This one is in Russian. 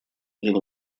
один